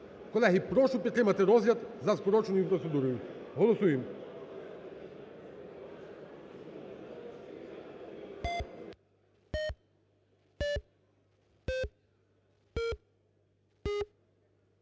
Колеги, прошу підтримати розгляд за скороченою процедурою, голосуємо.